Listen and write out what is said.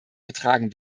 getragen